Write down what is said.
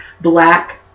Black